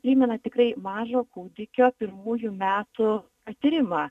primena tikrai mažo kūdikio pirmųjų metų patyrimą